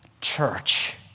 church